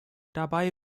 dabei